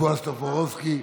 בועז טופורובסקי.